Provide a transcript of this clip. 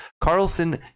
Carlson